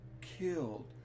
killed